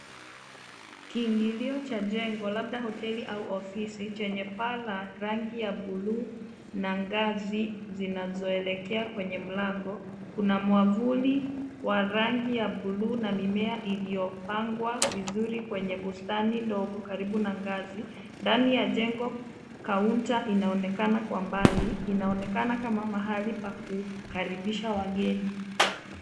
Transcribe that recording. Kiingilio cha jengo labda hoteli au ofisi chenye paa la rangi ya bluu na ngazi zinazoelekea kwenye mlango, kuna mwavuli wa rangi ya bluu na mimea iliyopangwa vizuri kwenye bustani ndogo karibu na ngazi. Ndani ya jengo kaunta inaonekana kwa mbali, inaonekana kama mahali pa kukaribisha wageni.